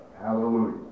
Hallelujah